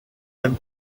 même